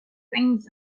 things